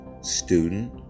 student